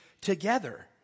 together